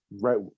right